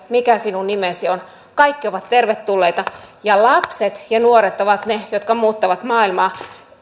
mikä sinun nimesi on kaikki ovat tervetulleita lapset ja nuoret ovat ne jotka muuttavat maailmaa